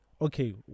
okay